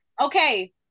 Okay